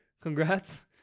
Congrats